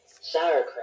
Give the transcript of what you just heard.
Sauerkraut